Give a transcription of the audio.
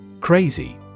Crazy